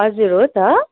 हजुर हो त